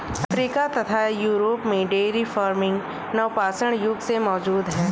Africa तथा Europe में dairy farming नवपाषाण युग से मौजूद है